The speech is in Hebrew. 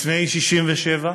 לפני 1967,